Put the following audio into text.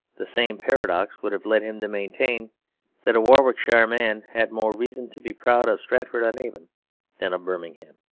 the same paradox would have led him to maintain that a warwickshire man had more reason to be proud of stratford-on-avon than of birmingham.